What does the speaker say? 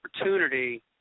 opportunity